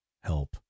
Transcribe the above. help